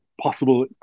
possible